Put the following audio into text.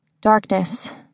Darkness